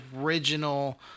original